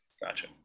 Gotcha